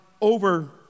over